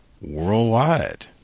worldwide